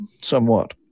somewhat